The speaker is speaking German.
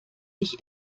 ich